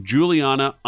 Juliana